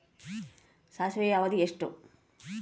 ಸಾಸಿವೆಯ ಅವಧಿ ಎಷ್ಟು?